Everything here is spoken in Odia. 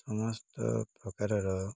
ସମସ୍ତ ପ୍ରକାରର